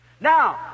Now